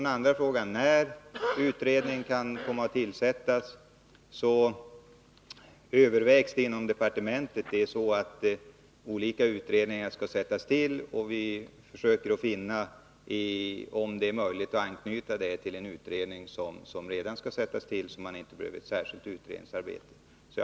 Björn Samuelson frågade när utredningen kan komma att tillsättas. Olika utredningar skall sättas till, och vi undersöker möjligheten att anknyta utredningen av den här frågan till någon utredning som vi redan har bestämt att påbörja.